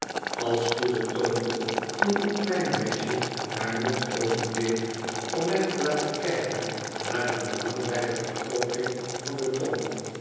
als poedel toonde toen een klein meisje haar mond opendeed om mij te laten kijken naar een belangrijke vergrooting van de tong